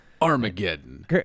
Armageddon